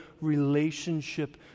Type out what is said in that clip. relationship